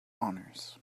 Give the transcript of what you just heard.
honors